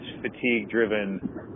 fatigue-driven